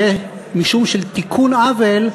יהיה משום תיקון עוול,